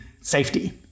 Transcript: safety